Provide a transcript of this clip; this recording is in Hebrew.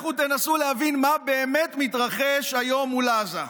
לכו תנסו להבין מה באמת מתרחש היום מול עזה.